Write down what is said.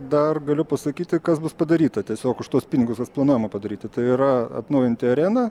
dar galiu pasakyti kas bus padaryta tiesiog už tuos pinigus kas planuojama padaryt tai yra atnaujinti areną